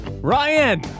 Ryan